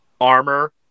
armor